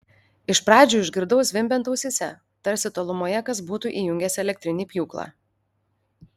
iš pradžių išgirdau zvimbiant ausyse tarsi tolumoje kas būtų įjungęs elektrinį pjūklą